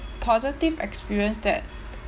positive experience that